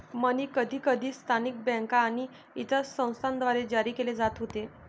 मनी कधीकधी स्थानिक बँका आणि इतर संस्थांद्वारे जारी केले जात होते